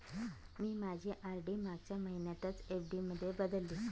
मी माझी आर.डी मागच्या महिन्यातच एफ.डी मध्ये बदलली